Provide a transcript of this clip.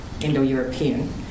Indo-European